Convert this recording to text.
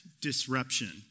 disruption